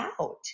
out